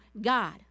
God